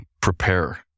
prepare